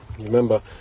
Remember